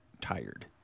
tired